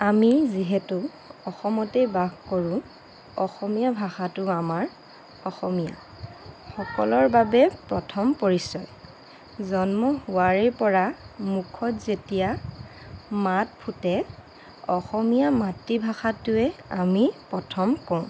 আমি যিহেতু অসমতেই বাস কৰোঁ অসমীয়া ভাষাটো আমাৰ অসমীয়াসকলৰ বাবে প্ৰথম পৰিচয় জন্ম হোৱাৰে পৰা মুখত যেতিয়া মাত ফুটে অসমীয়া মাতৃভাষাটোৱে আমি প্ৰথম কওঁ